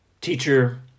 Teacher